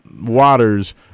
waters